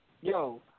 yo